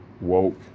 woke